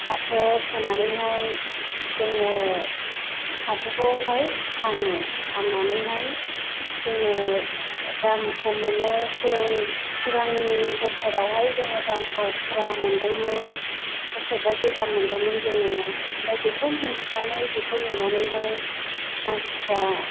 फाथो फोनानैहाय जोङो फाथोखौहाय फानो फाननानैहाय जोङो दामखौ मोनो सिगांनि सिगांनि बोसोरावहाय जोङो दामखौ फुरा मोन्दोंमोन गोसो बायदि दाम मोन्दोंमोन जोङो आमफाय बेखौ मोनथिननानै बेखौ नुनानैहाय मानसिफ्रा